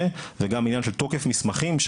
וגם העניין של תוקף מסמכים,